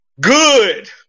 Good